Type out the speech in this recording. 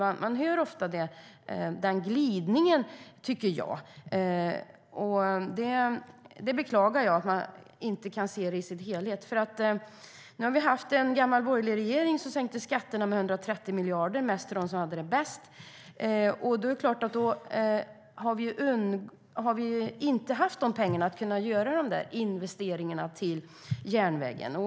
Jag tycker att man ofta hör den glidningen, och jag beklagar att man inte kan se det i sin helhet. Nu har vi haft en borgerlig regering som sänkte skatterna med 130 miljarder, mest för dem som hade det bäst, och det är klart att då har vi ju inte haft dessa pengar att göra investeringar till järnvägen.